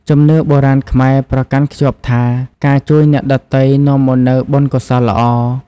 ជំនឿបុរាណខ្មែរប្រកាន់ខ្ជាប់ថា ការជួយអ្នកដទៃនាំមកនូវបុណ្យកុសលល្អ។